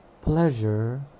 pleasure